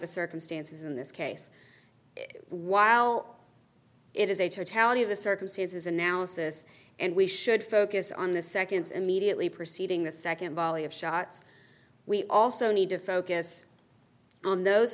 the circumstances in this case while it is a totality of the circumstances analysis and we should focus on the seconds immediately preceding the second volley of shots we also need to focus on those